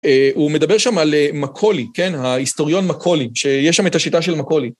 הוא מדבר שם על מקולי, כן? ההיסטוריון מקולי, שיש שם את השיטה של מקולי.